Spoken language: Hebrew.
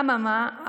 אממה,